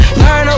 learn